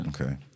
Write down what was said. Okay